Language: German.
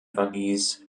verließ